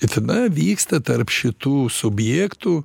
ir tada vyksta tarp šitų subjektų